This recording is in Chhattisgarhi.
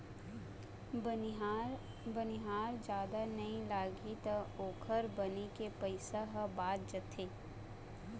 बनिहार जादा नइ लागही त ओखर बनी के पइसा ह बाच जाथे